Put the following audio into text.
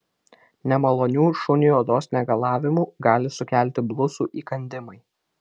nemalonių šuniui odos negalavimų gali sukelti blusų įkandimai